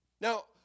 Now